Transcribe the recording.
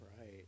Right